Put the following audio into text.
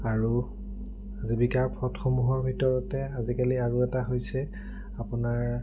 আৰু জীৱিকাৰ পথসমূহৰ ভিতৰতে আজিকালি আৰু এটা হৈছে আপোনাৰ